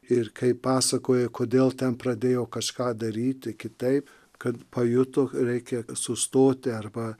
ir kaip pasakoja kodėl ten pradėjo kažką daryti kitaip kad pajuto reikia sustoti arba